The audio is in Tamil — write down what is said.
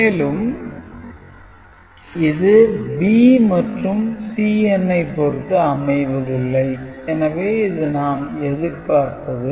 மேலும் இது B மற்றும் Cn ஐ பொருத்து அமைவதில்லை எனவே இது நாம் எதிர்ப்பார்ப்பது